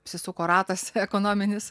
apsisuko ratas ekonominis